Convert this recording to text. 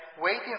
waiting